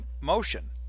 motion